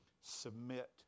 submit